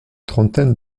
trentaine